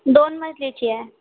दोन मजलीची आहे